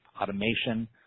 automation